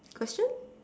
question